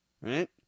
Right